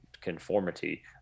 conformity